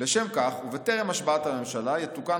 "לשם כך ובטרם השבעת הממשלה יתוקן